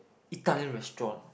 Italian restaurant